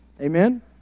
Amen